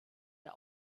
der